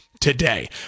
today